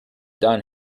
done